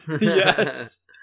yes